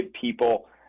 people